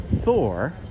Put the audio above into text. Thor